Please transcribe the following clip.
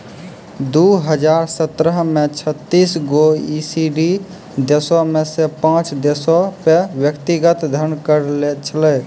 दु हजार सत्रह मे छत्तीस गो ई.सी.डी देशो मे से पांच देशो पे व्यक्तिगत धन कर छलै